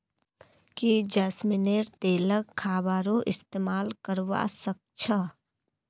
की जैस्मिनेर तेलक खाबारो इस्तमाल करवा सख छ